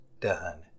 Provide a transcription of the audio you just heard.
done